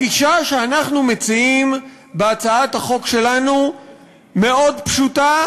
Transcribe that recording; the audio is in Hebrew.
הגישה שאנחנו מציעים בהצעת החוק שלנו מאוד פשוטה